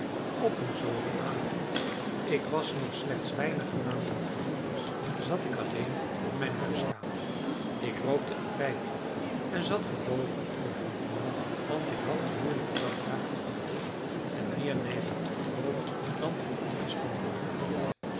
op een zomeravond ik was nog slechts weinige maanden gehuwd zat ik alleen in mijn huiskamer ik rookte een pijpje en zat gebogen over een roman want ik had een moeilijke dagtaak achter den rug en meer neiging tot droomen dan tot ingespannen arbeid